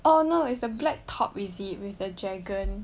oh no it's the black top with zip with the dragon